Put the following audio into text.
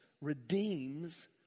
redeems